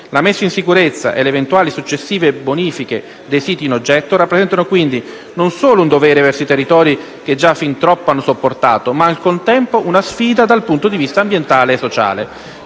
La messa in sicurezza e le eventuali successive bonifiche dei siti in oggetto, rappresentano quindi non solo un dovere verso i territori che già fin troppo hanno sopportato ma, al contempo, una sfida dal punto di vista ambientale e sociale.